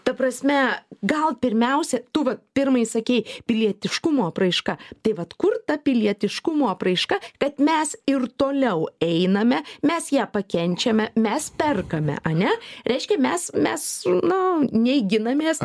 ta prasme gal pirmiausia tu va pirmai sakei pilietiškumo apraiška tai vat kur ta pilietiškumo apraiška kad mes ir toliau einame mes ją pakenčiame mes perkame ane reiškia mes mes na nei ginamės